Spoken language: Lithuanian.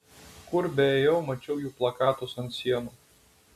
kur beėjau mačiau jų plakatus ant sienų